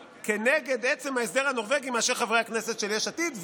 כנגד עצם ההסדר הנורבגי מאשר חברי הכנסת של יש עתיד,